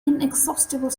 inexhaustible